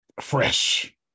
fresh